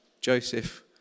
Joseph